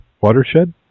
Watershed